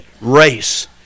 race